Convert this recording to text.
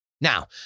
Now